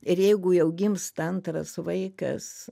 ir jeigu jau gimsta antras vaikas